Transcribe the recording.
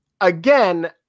again